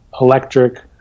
Electric